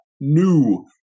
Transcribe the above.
new